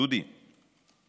דודי,